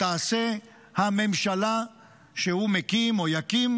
תעשה הממשלה שהוא מקים או יקים,